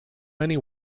many